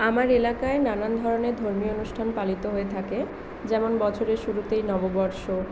আমার এলাকায় নানান ধরনের ধর্মীয় অনুষ্ঠান পালিত হয়ে থাকে যেমন বছরের শুরুতেই নববর্ষ